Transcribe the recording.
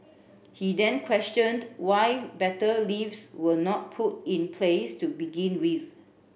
he then questioned why better lifts were not put in place to begin with